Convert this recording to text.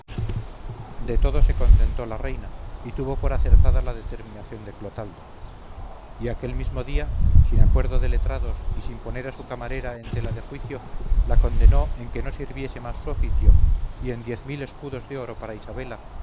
de todo se contentó la reina y tuvo por acertada la determinación de clotaldo y aquel mismo día sin acuerdo de letrados y sin poner a su camarera en tela de juicio la condenó en que no sirviese más su oficio y en diez mil escudos de oro para isabela